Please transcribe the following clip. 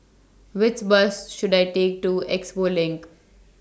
Which Bus should I Take to Expo LINK